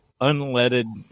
unleaded